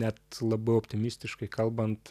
net labiau optimistiškai kalbant